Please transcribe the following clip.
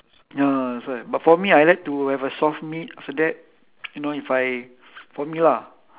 ya that's why but for me I like to have a soft meat after that you know if I for me lah